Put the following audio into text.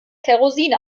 kerosin